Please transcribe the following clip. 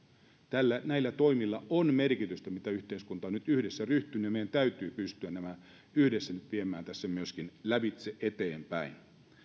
näillä näillä toimilla on merkitystä joihin yhteiskunta on nyt yhdessä ryhtynyt ja meidän täytyy nyt pystyä nämä yhdessä nyt viemään tässä myöskin lävitse eteenpäin